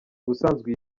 ubusanzwe